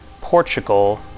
Portugal